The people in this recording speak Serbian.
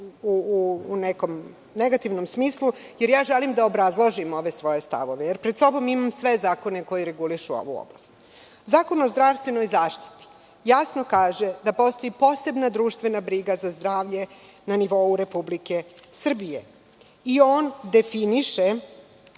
u nekom negativnom smislu. Želim da obrazložim svoje stavove, jer pred sobom imam sve zakone koji regulišu ovu oblast. Zakon o zdravstvenoj zaštiti jasno kaže da postoji posebna društvena briga za zdravlje na nivou Republike Srbije i on definiše